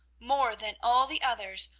more than all the others,